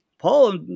Paul